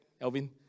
Elvin